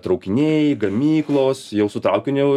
traukiniai gamyklos jau su traukiniu